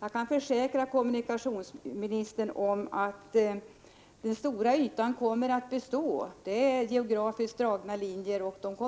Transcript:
Jag kan försäkra kommunikationsministern att den stora ytan kommer att bestå. Det är geografiskt dragna linjer som